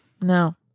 no